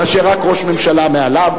כאשר רק ראש ממשלה מעליו,